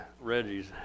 Reggie's